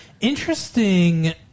Interesting